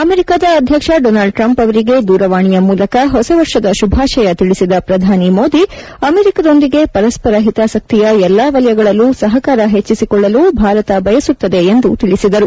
ಅಮೆರಿಕಾದ ಅಧ್ಯಕ್ಷ Donald Trump ಅವರಿಗೆ ದೂರವಾಣಿಯ ಮೂಲಕ ಹೊಸವರ್ಷದ ಶುಭಾಶಯ ತಿಳಿಸಿದ ಪ್ರಧಾನಿ ಮೋದಿ ಅಮೆರಿಕದೊಂದಿಗೆ ಪರಸ್ಪರ ಹಿತಾಸಕ್ತಿಯ ಎಲ್ಲಾ ವಲಯಗಳಲ್ಲೂ ಸಹಕಾರ ಹೆಚ್ಚಿಸಿಕೊಳ್ಳಲು ಭಾರತ ಬಯಸುತ್ತದೆ ಎಂದು ತಿಳಿಸಿದರು